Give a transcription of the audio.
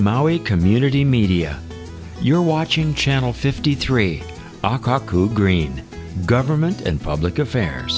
community media you're watching channel fifty three green government and public affairs